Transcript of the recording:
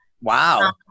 Wow